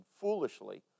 foolishly